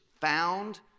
found